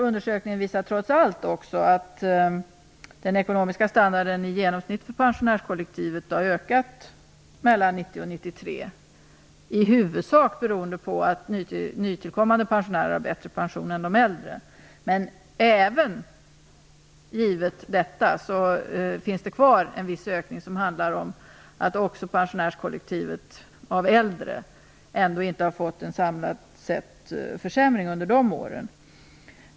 Undersökningen visade också att den ekonomiska standarden i genomsnitt för pensionärskollektivet trots allt har ökat mellan 1990 och 1993, i huvudsak beroende på att nytillkommande pensionärer har bättre pension än de äldre. Trots detta finns det ändå kvar en viss ökning, som handlar om att också pensionärskollektivet med äldre pensionärer inte har fått en försämring under de åren.